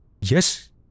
Yes